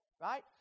right